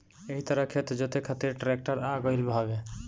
एही तरही खेत जोते खातिर ट्रेक्टर आ गईल हवे